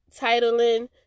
titling